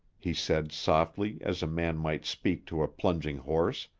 he said softly as a man might speak to a plunging horse.